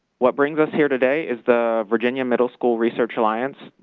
what brings us here today is the virginia middle school research alliance.